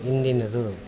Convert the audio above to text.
ಇಂದಿನದು